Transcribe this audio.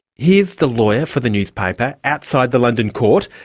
here's the lawyer for the newspaper, outside the london court,